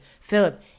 Philip